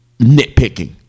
nitpicking